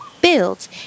builds